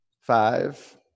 five